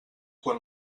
quan